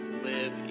live